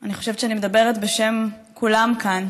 ואני חושבת שאני מדברת בשם כולם כאן